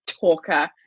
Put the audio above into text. talker